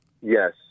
yes